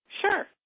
Sure